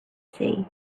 sea